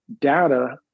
data